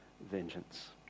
vengeance